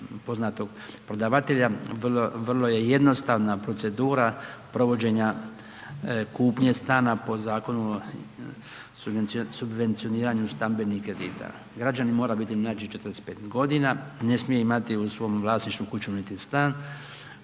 poznatog prodavatelja, vrlo je jednostavna procedura provođenja kupnje stana po Zakonu o subvencioniranju stambenih kredita, građanin mora biti mlađi od 45.g., ne smije imati u svom vlasništvu kuću, niti stan,